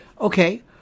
Okay